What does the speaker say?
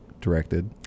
directed